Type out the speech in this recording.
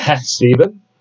Stephen